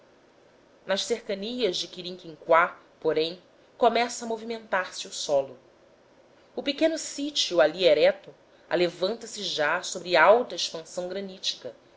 nas cercanias de quirinquinquá porém começa a movimentar se o solo o pequeno sítio ali erecto alevanta se já sobre alta expansão granítica